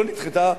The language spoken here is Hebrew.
לא נדחתה,